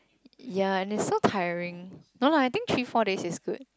ya and that's so tiring no lah I think three four days is good